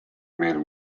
meil